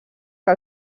que